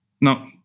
Now